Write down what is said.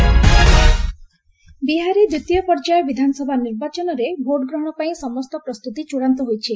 Bihar election ବିହାରରେ ଦ୍ୱିତୀୟ ପର୍ଯ୍ୟାୟ ବିଧାନସଭା ନିର୍ବାଚନରେ ଭୋଟ୍ଗ୍ରହଣ ପାଇଁ ସମସ୍ତ ପ୍ରସ୍ତୁତି ଚୂଡ଼ାନ୍ତ ହୋଇଛି